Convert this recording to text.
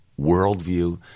worldview